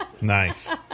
Nice